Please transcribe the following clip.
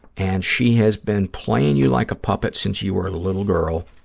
and she has been playing you like a puppet since you were a little girl.